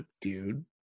dude